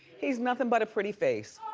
he's nothing but a pretty face.